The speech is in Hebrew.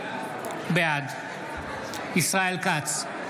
בעד ישראל כץ,